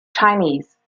chinese